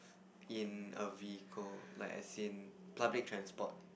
in a vehicle like as in public transport